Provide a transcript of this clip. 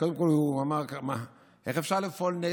קודם כול הוא אמר: איך אפשר לפעול נגד